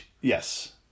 Yes